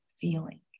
feeling